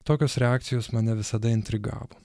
tokios reakcijos mane visada intrigavo